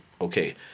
okay